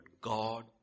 God